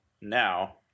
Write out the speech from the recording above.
Now